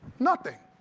nothing.